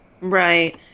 Right